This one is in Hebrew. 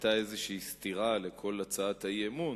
היתה סתירה לכל הצעת האי-אמון,